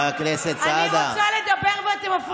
תעני, תעני פעם אחת, סוף-סוף הבאתם חוק